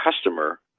customer